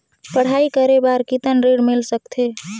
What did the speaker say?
पढ़ाई करे बार कितन ऋण मिल सकथे?